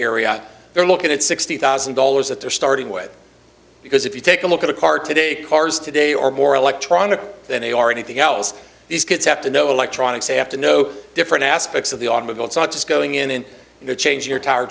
area they're looking at sixty thousand dollars that they're starting with because if you take a look at a car today cars today or more electronic than they are anything else these kids have to know electronics have to know different aspects of the automobile it's not just going in there change your t